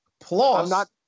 Plus